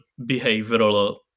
behavioral